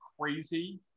crazy